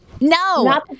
No